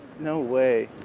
no way!